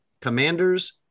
Commanders